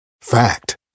Fact